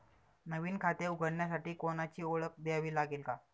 नवीन खाते उघडण्यासाठी कोणाची ओळख द्यावी लागेल का?